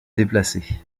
déplacée